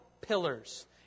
pillars